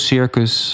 Circus